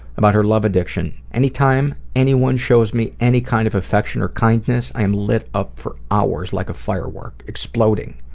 about her love addiction, any time anyone shows me any kind of affection or kindness, i am lit up for hours like a firework, exploding.